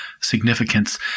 significance